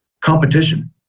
competition